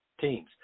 teams